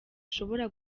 ushobora